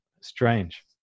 Strange